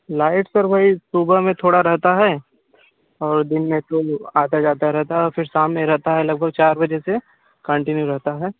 light sir वही सुबह में थोड़ा रहता है और दिन में तो आता जाता रहता है और फिर शाम में रहता है लगभग चार बजे से कंटिन्यू रहता हैं